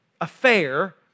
affair